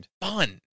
fun